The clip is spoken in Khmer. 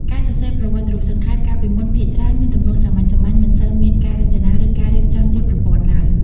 ការសរសេរប្រវត្តិរូបសង្ខេប កាលពីមុនភាគច្រើនមានទម្រង់សាមញ្ញៗ មិនសូវមានការរចនា ឬការរៀបចំជាប្រព័ន្ធឡើយ។